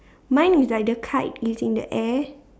mine is like the kite is in the air